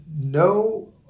no